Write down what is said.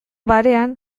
barean